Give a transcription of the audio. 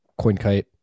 CoinKite